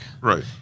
Right